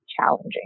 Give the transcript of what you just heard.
challenging